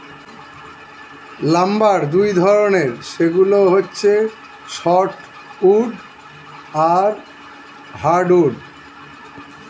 lumber দুই ধরনের, সেগুলো হচ্ছে সফ্ট উড আর হার্ড উড